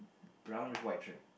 brown with white trim